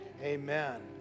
amen